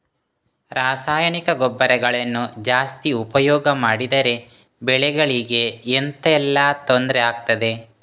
ರಾಸಾಯನಿಕ ಗೊಬ್ಬರಗಳನ್ನು ಜಾಸ್ತಿ ಉಪಯೋಗ ಮಾಡಿದರೆ ಬೆಳೆಗಳಿಗೆ ಎಂತ ಎಲ್ಲಾ ತೊಂದ್ರೆ ಆಗ್ತದೆ?